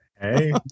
Hey